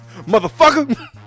Motherfucker